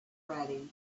ready